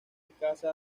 escasa